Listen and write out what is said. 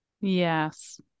Yes